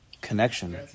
connection